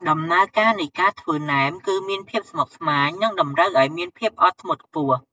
ដំណើរការនៃការធ្វើណែមគឺមានភាពស្មុគស្មាញ និងតម្រូវឱ្យមានភាពអត់ធ្មត់ខ្ពស់។